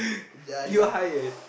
jadi lah